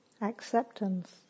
Acceptance